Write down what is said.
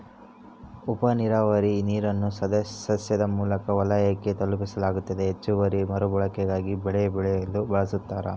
ಉಪನೀರಾವರಿ ನೀರನ್ನು ಸಸ್ಯದ ಮೂಲ ವಲಯಕ್ಕೆ ತಲುಪಿಸಲಾಗ್ತತೆ ಹೆಚ್ಚುವರಿ ಮರುಬಳಕೆಗಾಗಿ ಬೇರೆಬೆಳೆಗೆ ಬಳಸ್ತಾರ